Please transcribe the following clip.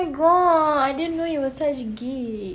oh my god I didn't know you were such a geek